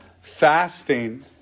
fasting